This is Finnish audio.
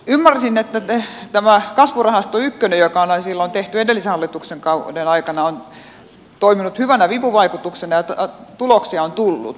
ymmärsin että tämä kasvurahasto ykkönen joka on tehty edellisen hallituksen kauden aikana on toiminut hyvänä vipuvaikutuksena ja tuloksia on tullut